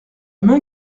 main